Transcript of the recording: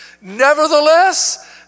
Nevertheless